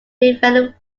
prevailing